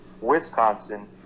Wisconsin